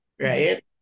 Right